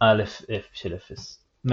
\!\,\aleph _{0} ,